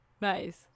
Nice